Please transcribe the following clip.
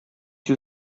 you